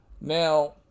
Now